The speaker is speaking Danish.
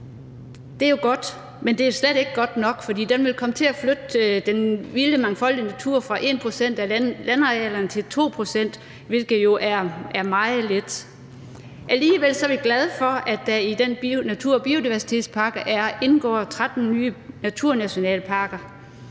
det er jo godt, men det er slet ikke godt nok. For den vil komme til at flytte den vilde mangfoldige natur fra 1 pct. af landarealerne til 2 pct., hvilket jo er meget lidt. Alligevel er vi glade for, at der i den natur- og biodiversitetspakke indgår 13 nye naturnationalparker,